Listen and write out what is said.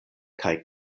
kaj